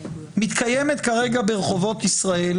מתקיימת כרגע ברחובות ישראל,